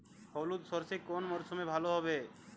হলুদ সর্ষে কোন মরশুমে ভালো হবে?